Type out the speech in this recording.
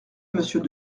monsieur